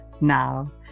now